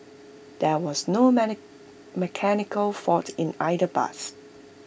there was no mechanical fault in either bus